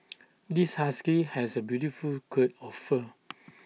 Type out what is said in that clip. this husky has A beautiful coat of fur